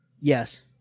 yes